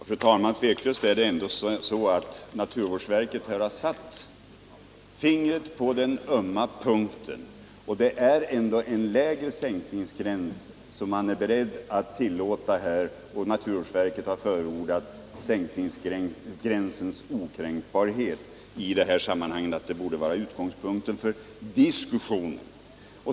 Fru talman! Tveklöst är det så att naturvårdsverket här har satt fingret på den ömma punkten. Man är ändå beredd att tillåta en lägre sänkningsgräns, och naturvårdsverket har förordat att sänkningsgränsens okränkbarhet bör vara utgångspunkten för en diskussion.